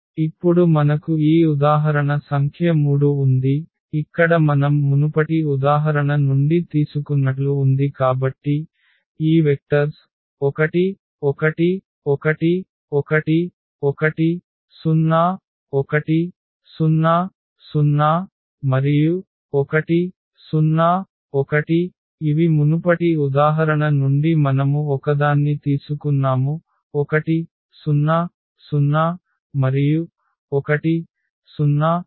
ఇప్పుడు మనకు ఈ ఉదాహరణ సంఖ్య 3 ఉంది ఇక్కడ మనం మునుపటి ఉదాహరణ నుండి తీసుకున్నట్లు ఉంది కాబట్టి ఈ వెక్టర్స్ 1 1 1 1 1 0 1 0 0 1 0 1 ఇవి మునుపటి ఉదాహరణ నుండి మనము ఒకదాన్ని తీసుకున్నాము 1 0 0 1 0 1